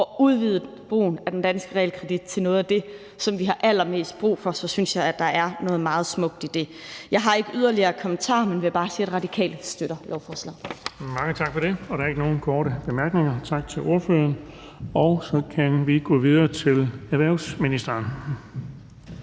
at udvide brugen af den danske realkredit til noget af det, som vi har allermest brug for, så synes jeg, der er noget meget smukt i det. Jeg har ikke yderligere kommentarer, men vil bare sige, at Radikale støtter lovforslaget. Kl. 10:36 Den fg. formand (Erling Bonnesen): Der er ikke nogen korte bemærkninger. Tak til ordføreren. Så kan vi gå videre til erhvervsministeren.